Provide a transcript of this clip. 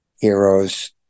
heroes